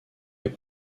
est